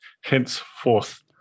henceforth